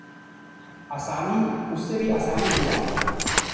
आसानी उससे भी आसानी हुआ है